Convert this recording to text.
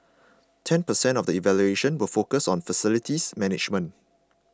ten percent of the evaluation will focus on facilities management